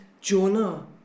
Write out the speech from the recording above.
Jonah